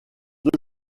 deux